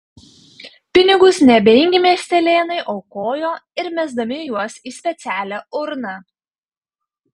pinigus neabejingi miestelėnai aukojo ir mesdami juos į specialią urną